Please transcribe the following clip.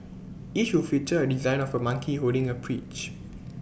each will feature A design of A monkey holding A peach